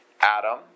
Adam